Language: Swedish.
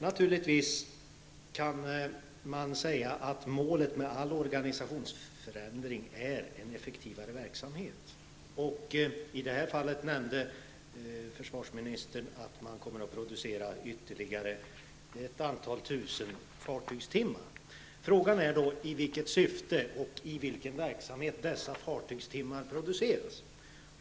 Man kan säga att målet med all organisationsförändring är en effektivare verksamhet, och i det här fallet nämnde försvarsministern att det kommer att produceras ytterligare ett antal tusen fartygstimmar. Frågan är då i vilket syfte och i vilken verksamhet dessa fartygstimmar produceras.